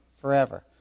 forever